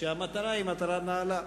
שכן המטרה היא מטרה נעלה,